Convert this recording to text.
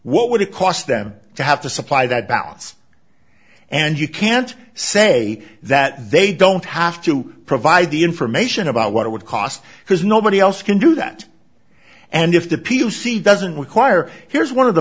what would it cost them to have to supply that balance and you can't say that they don't have to provide the information about what it would cost because nobody else can do that and if the p c doesn't require here's one of the